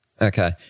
Okay